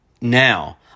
now